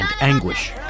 anguish